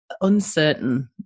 uncertain